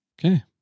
Okay